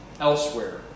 elsewhere